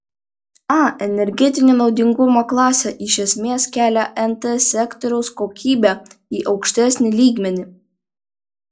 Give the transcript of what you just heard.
a energetinio naudingumo klasė iš esmės kelia nt sektoriaus kokybę į aukštesnį lygmenį